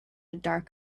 dark